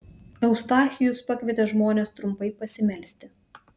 eustachijus pakvietė žmones trumpai pasimelsti